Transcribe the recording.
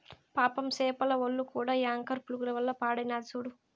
పాపం సేపల ఒల్లు కూడా యాంకర్ పురుగుల వల్ల పాడైనాది సూడు